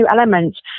elements